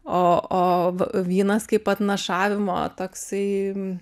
o o va vynas kaip atnašavimo toksai